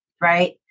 right